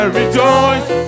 rejoice